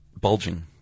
Bulging